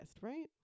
right